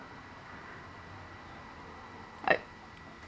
I